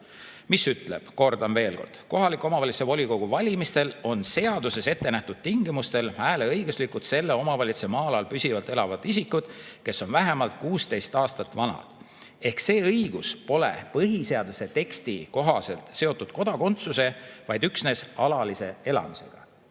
mis ütleb, kordan veel kord: "Kohaliku omavalitsuse volikogu valimistel on seaduses ettenähtud tingimustel hääleõiguslikud selle omavalitsuse maa-alal püsivalt elavad isikud, kes on vähemalt kuusteist aastat vanad." See õigus pole põhiseaduse teksti kohaselt seotud kodakondsuse, vaid üksnes alalise elamisega.